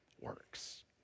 works